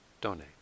donate